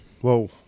whoa